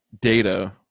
data